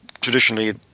traditionally